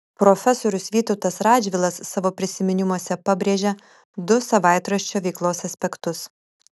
profesorius vytautas radžvilas savo prisiminimuose pabrėžia du savaitraščio veiklos aspektus